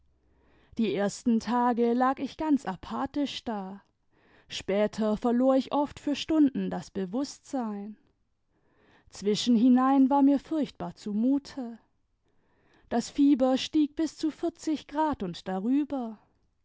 die ersten tage lag ich ganz apathisch da später verlor ich oft für stunden das bewußtsein zwischenhinein war mir furchtbar zumute das fieber stieg bis zu vierzig grad und darüber